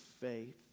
faith